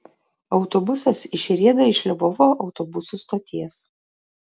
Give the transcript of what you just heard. autobusas išrieda iš lvovo autobusų stoties